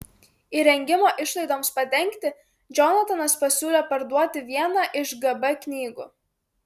įrengimo išlaidoms padengti džonatanas pasiūlė parduoti vieną iš gb knygų